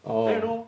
orh